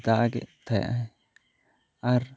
ᱫᱟᱜ ᱮᱫ ᱛᱟᱦᱮᱸᱜ ᱟᱭ ᱟᱨ